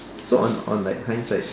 so on on like hindside